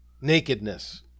nakedness